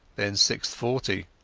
then six-forty,